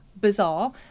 bizarre